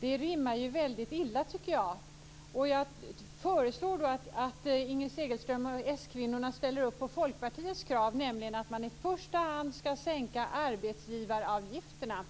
Det rimmar väldigt illa. Jag föreslår att Inger Segelström och s-kvinnorna ställer upp på Folkpartiets krav, att man i första hand skall sänka arbetsgivaravgifterna.